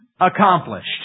Accomplished